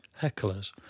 hecklers